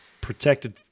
protected –